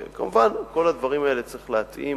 כמובן, את כל הדברים האלה צריך להתאים